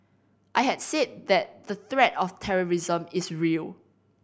I had said that the threat of terrorism is real